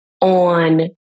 on